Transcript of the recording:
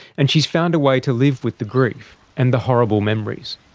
and she's found a way to live with the grief, and the horrible memories.